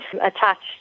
attached